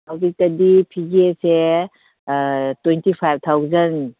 ꯍꯧꯖꯤꯛꯇꯗꯤ ꯐꯤꯒꯦꯁꯦ twenty five thousand